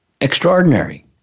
extraordinary